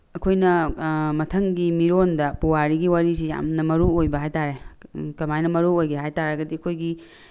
ꯑꯩꯈꯣꯏꯅ ꯃꯊꯪꯒꯤ ꯃꯤꯔꯣꯜꯗ ꯄꯨꯋꯥꯔꯤꯒꯤ ꯋꯥꯔꯤꯁꯤ ꯌꯥꯝꯅ ꯃꯔꯨ ꯑꯣꯏꯕ ꯍꯥꯏꯇꯥꯔꯦ ꯀꯃꯥꯏꯅ ꯃꯔꯨ ꯑꯣꯏꯒꯦ ꯍꯥꯏꯕ ꯇꯥꯔꯒꯗꯤ ꯑꯩꯈꯣꯏꯒꯤ